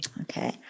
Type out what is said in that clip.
okay